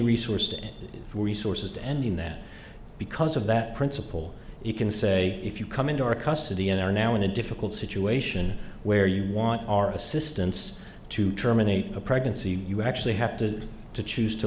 the resources to ending that because of that principle you can say if you come into our custody and are now in a difficult situation where you want our assistance to terminate a pregnancy you actually have to to choose to